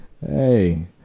Hey